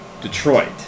Detroit